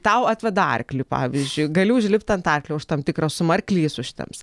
tau atveda arklį pavyzdžiui gali užlipt ant arklio už tam tikrą sumą arklys užtemps